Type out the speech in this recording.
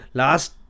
last